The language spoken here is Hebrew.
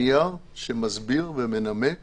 נייר שמסביר ומנמק